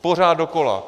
Pořád dokola.